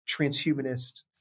transhumanist